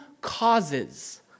causes